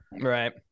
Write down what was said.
Right